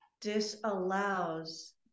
disallows